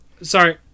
Sorry